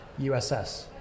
USS